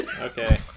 Okay